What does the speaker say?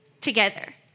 together